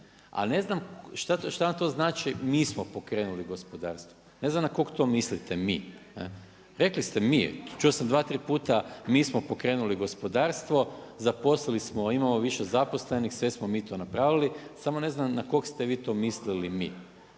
ne znam šta vam to znači mi smo pokrenuli gospodarstvo, ne znam na koga to mislite mi. Rekli ste mi, čuo sam dva, tri puta mi smo pokrenuli gospodarstvo, imamo više zaposlenih sve smo mi to napravili, samo ne znam na kog ste vi to mislili mi.